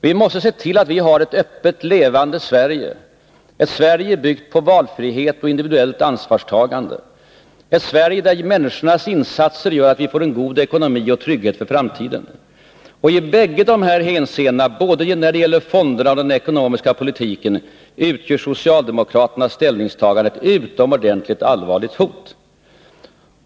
Vi måste se till att vi får ett öppet, levande Sverige — ett Sverige byggt på valfrihet och individuellt ansvarstagande, ett Sverige där människornas insatser gör att vi får en god ekonomi och trygghet för framtiden. Både när det gäller fonderna och i fråga om den ekonomiska politiken utgör socialdemokraternas ställningstaganden ett utomordentligt allvarligt hot.